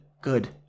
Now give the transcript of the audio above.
Good